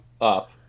up